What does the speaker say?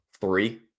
Three